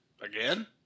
Again